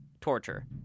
torture